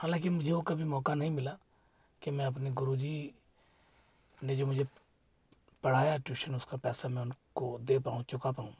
हालांकि मुझे वो कभी मौका नहीं मिला कि मैं अपने गुरुजी ने जो मुझे पढ़ाया ट्यूशन उसका पैसा मैं उनको दे पाऊं चुका पाऊं